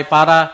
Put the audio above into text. Para